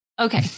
Okay